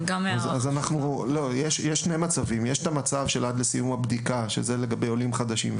יש שני מצבים: יש את המצב של עד לסיום הבדיקה שזה לגבי עולים חדשים,